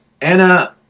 Anna